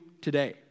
today